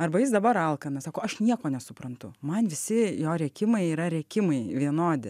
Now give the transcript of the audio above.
arba jis dabar alkanas sako aš nieko nesuprantu man visi jo rėkimai yra rėkimai vienodi